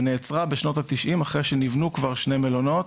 ונעצרה בשנות התשעים אחרי שנבנו כבר שני מלונות.